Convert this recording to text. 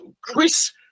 Chris